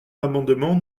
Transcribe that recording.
l’amendement